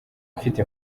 mfite